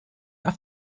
auf